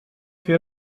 fer